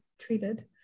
treated